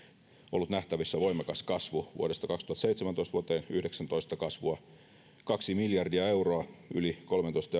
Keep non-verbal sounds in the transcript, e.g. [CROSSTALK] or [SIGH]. ollut nähtävissä voimakas kasvu vuodesta kaksituhattaseitsemäntoista vuoteen kaksituhattayhdeksäntoista kasvua oli kaksi miljardia euroa yli kolmeentoista [UNINTELLIGIBLE]